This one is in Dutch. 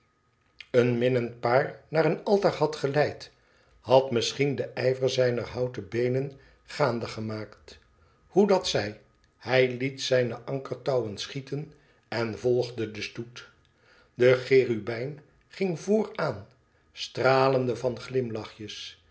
een minnend paar naar een altaar had geleid had misschien den ijver zijner houten beeien gaande gemaakt hoe dat zij hij liet zijne ankertouwen schietenen volgde den stoet de cherubijn ging vooraan stralende van glimlachjes